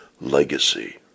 Legacy